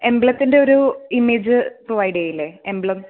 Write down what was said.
എംബ്ലത്തിൻറെ ഒരു image provide ചെയ്യില്ലേ emblem